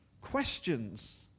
Questions